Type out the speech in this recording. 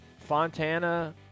Fontana